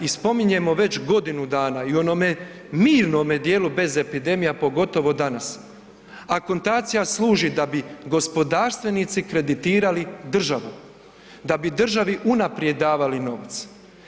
I spominjemo već godinu dana i onome mirnome djelu bez epidemija pogotovo danas, akontacija služi da bi gospodarstvenici kreditirali državu, da bi državi unaprijed davali novac.